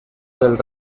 del